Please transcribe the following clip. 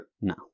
No